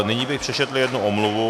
Nyní bych přečetl jednu omluvu.